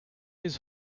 his